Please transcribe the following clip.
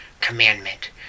commandment